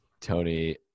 tony